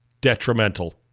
detrimental